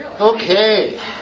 Okay